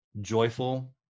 joyful